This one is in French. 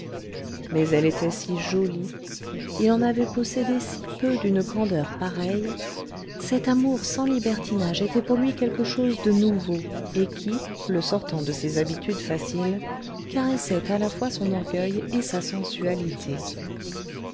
mais elle était si jolie il en avait possédé si peu d'une candeur pareille cet amour sans libertinage était pour lui quelque chose de nouveau et qui le sortant de ses habitudes faciles caressait à la fois son orgueil et sa sensualité